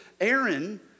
Aaron